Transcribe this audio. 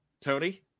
Tony